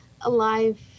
alive